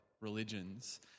religions